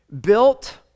built